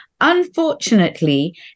unfortunately